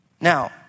Now